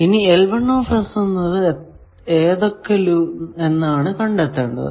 ഇനി എന്നത് ഏതൊക്കെ എന്നാണ് കണ്ടെത്തേണ്ടത്